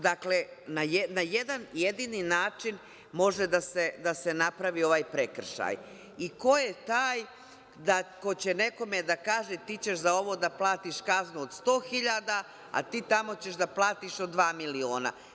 Dakle, na jedan jedini način može da se napravi ovaj prekršaj i ko je taj ko će nekome da kaže – ti ćeš za ovo da platiš kaznu od 100 hiljada a ti tamo ćeš da platiš od dva miliona?